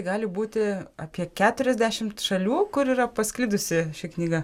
gali būti apie keturiasdešimt šalių kur yra pasklidusi ši knyga